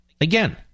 Again